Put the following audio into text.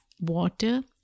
water